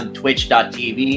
twitch.tv